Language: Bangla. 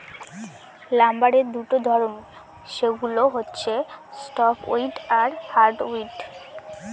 লাম্বারের দুটা ধরন, সেগুলো হচ্ছে সফ্টউড আর হার্ডউড